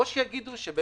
או יגידו שזה